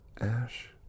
Ash